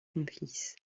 complices